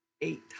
eight